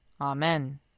Amen